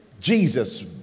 Jesus